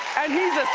and he's